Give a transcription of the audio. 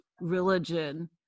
religion